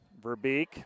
Verbeek